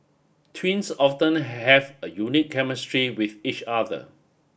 twins often have a unique chemistry with each other